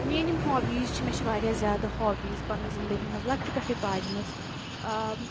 میٛٲنۍ یِم ہابیٖز چھِ مےٚ چھِ واریاہ زیادٕ ہابیٖز پَننہِ زنٛدگی منٛز لۄکٹہِ پٮ۪ٹھٔے پاجمژٕ ٲں